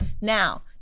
Now